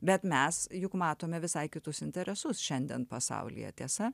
bet mes juk matome visai kitus interesus šiandien pasaulyje tiesa